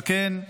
על כן,